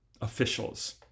officials